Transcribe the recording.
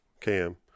cam